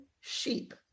sheep